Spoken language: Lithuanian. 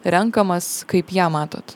renkamas kaip ją matot